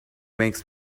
makes